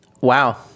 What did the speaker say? Wow